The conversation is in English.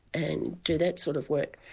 and do that sort of work.